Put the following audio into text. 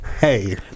Hey